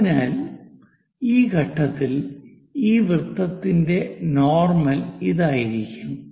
അതിനാൽ ഈ ഘട്ടത്തിൽ ഈ വൃത്തത്തിന്റെ നോർമൽ ഇതായിരിക്കും